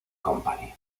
company